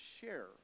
share